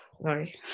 sorry